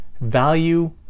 value